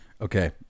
Okay